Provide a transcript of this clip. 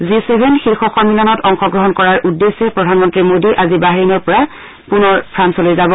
G seven শীৰ্ষ সম্মিলনত অংশগ্ৰহণ কৰাৰ উদ্দেশ্যে প্ৰধানমন্ত্ৰী মোডী আজি বাহৰেইনৰপৰা পুনৰ ফ্ৰান্সলৈ যাব